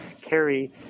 carry